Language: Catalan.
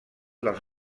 dels